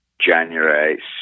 January